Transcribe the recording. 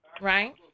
right